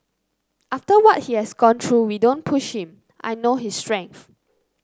after what he has gone through we don't push him I know his strength